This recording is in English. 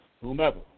whomever